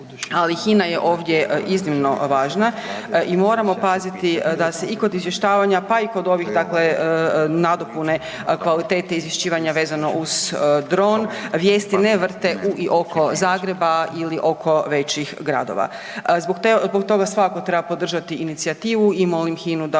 ali HINA je ovdje iznimno važna i moramo paziti da se i kod izvještavanja, pa i kod ovih, dakle nadopune kvalitete izvješćivanja vezano uz dron, vijesti ne vrte u i oko Zagreba ili oko većih gradova. Zbog toga svakako treba podržati inicijativu i molim HINA-u da u